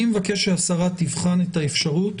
אני מבקש ששרת הפנים תבחן את האפשרות